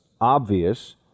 obvious